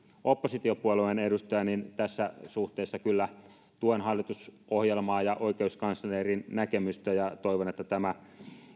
oppositiopuolueen edustaja niin tässä suhteessa kyllä tuen hallitusohjelmaa ja oikeuskanslerin näkemystä ja toivon että tämä